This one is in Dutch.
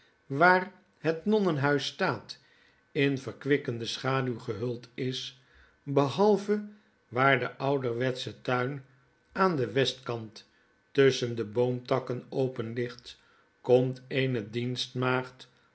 waar bet nonnenhuis staat in verkwikkende schaduw gehuld is behalve waar de ouderwetsche tuin aan den westkant tusschen de boomtakken open ligt komt eene